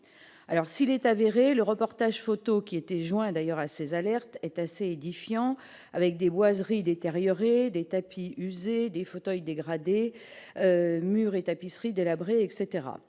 alors s'il est avéré, le reportage photo qui était joint d'ailleurs assez alerte est assez édifiant avec des boiseries détérioré des tapis usés des fauteuils dégradé tapisseries de l'abri etc